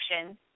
action